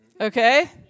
Okay